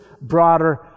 broader